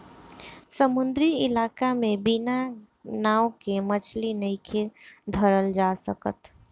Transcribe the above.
समुंद्री इलाका में बिना नाव के मछली नइखे धरल जा सकत